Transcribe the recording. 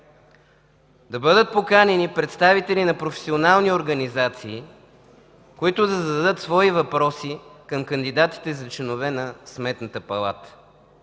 да бъдат поканени представители на професионални организации, които да зададат свои въпроси към кандидатите за членове на Сметната палата.